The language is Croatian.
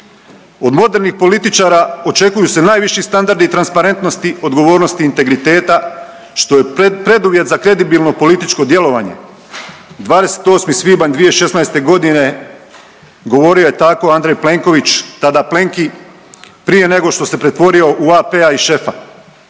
Od modernih političara očekuju se najviši standardi i transparentnosti, odgovornosti i integriteta što je preduvjet za kredibilno političko djelovanje“, 28. svibanj 2016. godine govorio je tako Andrej Plenković, tada Plenki prije nego što se pretvorio u AP-a i šefa.